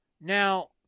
Now